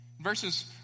Verses